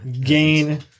gain